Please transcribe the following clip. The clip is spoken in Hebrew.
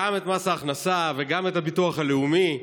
גם את מס ההכנסה וגם ביטוח לאומי.